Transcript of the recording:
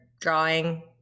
drawing